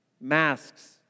Masks